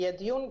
יהיה דיון,